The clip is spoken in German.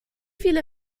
viele